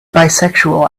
bisexual